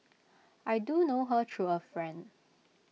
I do know her through A friend